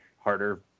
harder